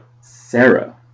Sarah